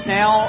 now